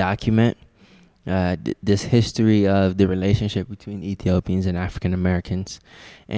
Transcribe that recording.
document this history of the relationship between ethiopians and african americans